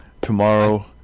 Tomorrow